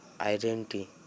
identity